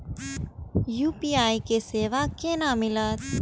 UPI के सेवा केना मिलत?